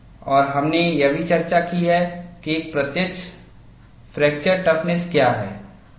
और हमने यह भी चर्चा की है कि एक प्रत्यक्ष फ्रैक्चर टफनेस क्या है